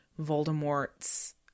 voldemort's